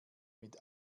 mit